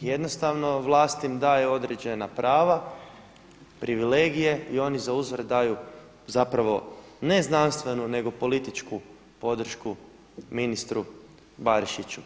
i jednostavno vlast im daje određena prava, privilegije i oni zauzvrat daju zapravo ne znanstvenu nego političku podršku ministru Barišiću.